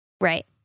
Right